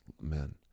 men